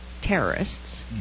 terrorists